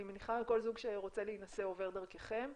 אני מניחה שכל זוג שרוצה להינשא עובר דרככם,